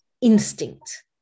Instinct